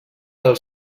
del